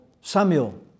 samuel